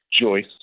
Joyce